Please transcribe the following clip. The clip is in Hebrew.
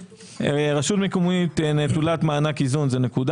רשות מקומית נטולת מענק איזון זה נקודה.